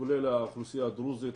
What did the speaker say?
כולל האוכלוסייה הדרוזית,